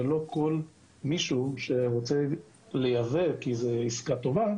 ולא שכל מישהו שרוצה לייבא כי זו עסקה טובה